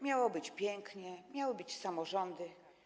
Miało być pięknie, miały być samorządy.